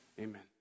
Amen